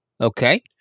Okay